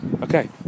Okay